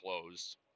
closed